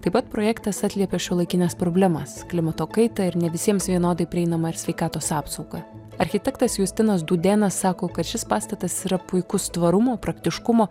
taip pat projektas atliepia šiuolaikines problemas klimato kaitą ir ne visiems vienodai prieinamą ir sveikatos apsaugą architektas justinas dūdėnas sako kad šis pastatas yra puikus tvarumo praktiškumo